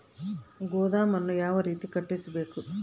ಗೋದಾಮನ್ನು ಯಾವ ರೇತಿ ಕಟ್ಟಿಸಬೇಕು?